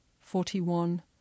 forty-one